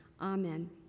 Amen